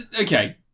okay